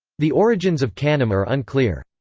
the origins of kanem are unclear.